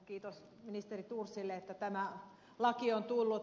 kiitos ministeri thorsille että tämä laki on tullut